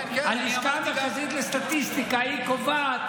הלשכה המרכזית לסטטיסטיקה היא קובעת.